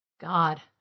God